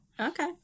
Okay